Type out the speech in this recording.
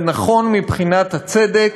זה נכון מבחינת הצדק,